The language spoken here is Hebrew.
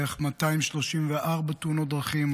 בערך 234 תאונות דרכים,